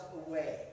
away